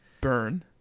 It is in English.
Burn